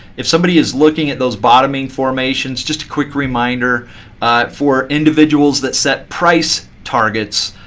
if somebody is looking at those bottoming formations just a quick reminder for individuals that set price targets,